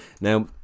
Now